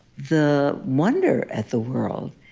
the wonder at the world,